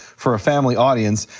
for a family audience.